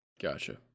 Gotcha